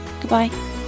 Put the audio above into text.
Goodbye